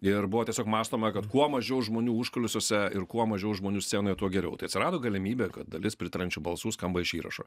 ir buvo tiesiog mąstoma kad kuo mažiau žmonių užkulisiuose ir kuo mažiau žmonių scenoje tuo geriau tai atsirado galimybė kad dalis pritariančių balsų skamba iš įrašo